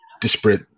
disparate